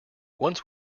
once